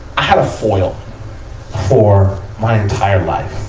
had a foil for my entire life